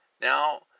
now